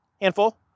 Handful